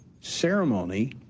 ceremony